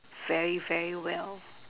very very well